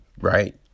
right